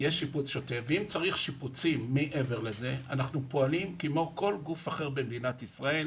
ואם צריך שיפוצים מעבר לזה אנחנו פועלים כמו כל גוף אחר במדינת ישראל,